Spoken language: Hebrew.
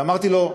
ואמרתי לו: